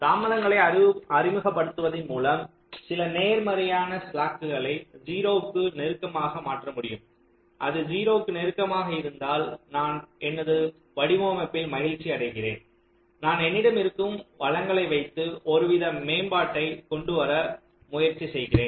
தாமதங்களை அறிமுகப்படுத்துவதன் மூலம் சில நேர்மறையான ஸ்லாக்குகளை 0 க்கு நெருக்கமாக மாற்ற முடியும் அது 0 க்கு நெருக்கமாக இருந்தால் நான் எனது வடிவமைப்பில் மகிழ்ச்சியடைகிறேன் நான் என்னிடம் இருக்கும் வளங்ககளை வைத்து ஒருவித மேம்பாட்டை கொண்டு வர முயற்சி செய்கிறேன்